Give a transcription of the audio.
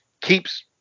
keeps